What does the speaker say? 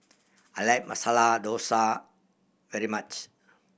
I like Masala Dosa very much